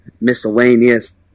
miscellaneous